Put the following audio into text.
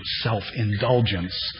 self-indulgence